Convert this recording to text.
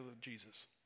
Jesus